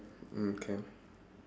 mm can